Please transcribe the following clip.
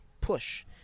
push